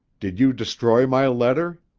did you destroy my letter?